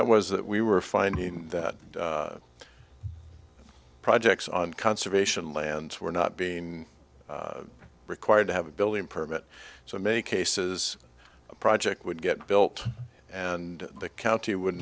that was that we were finding that projects on conservation land were not being required to have a building permit so many cases a project would get built and the county would